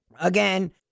Again